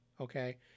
Okay